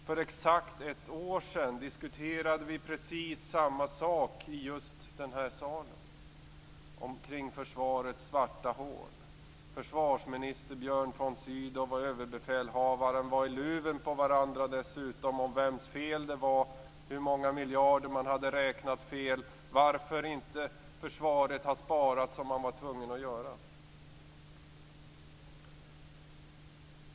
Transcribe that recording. För exakt ett år sedan diskuterade vi precis samma saker i just denna sal omkring försvarets svarta hål. Försvarsminister Björn von Sydow och överbefälhavaren var dessutom i luven på varandra när det gällde vems felet var, hur många miljarder fel man hade räknat och varför försvaret inte hade sparat som man var tvungen att göra.